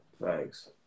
Thanks